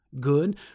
good